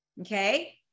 okay